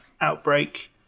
outbreak